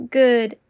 good